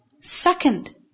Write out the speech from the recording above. second